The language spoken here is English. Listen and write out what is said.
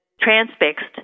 transfixed